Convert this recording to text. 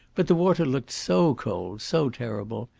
but the water looked so cold, so terrible,